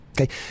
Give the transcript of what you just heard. okay